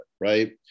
Right